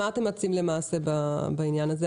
מה אתם מציעים למעשה בעניין הזה?